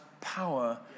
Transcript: power